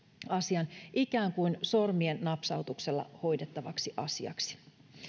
asian ikään kuin sormien napsautuksella hoidettavaksi asiaksi